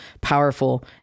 powerful